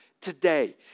today